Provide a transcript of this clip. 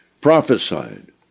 Prophesied